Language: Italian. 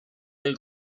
del